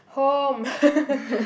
home